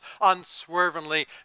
unswervingly